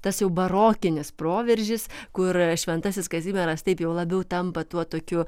tas jau barokinis proveržis kur šventasis kazimieras taip jau labiau tampa tuo tokiu